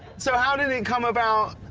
so how did it come about,